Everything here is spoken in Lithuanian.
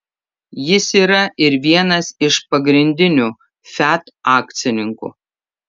jis yra ir vienas iš pagrindinių fiat akcininkų